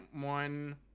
one